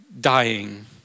dying